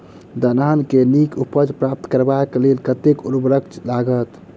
दलहन केँ नीक उपज प्राप्त करबाक लेल कतेक उर्वरक लागत?